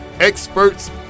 experts